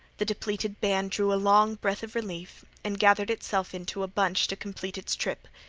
the depleted band drew a long breath of relief and gathered itself into a bunch to complete its trip.